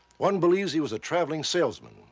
one believes he was a traveling salesman,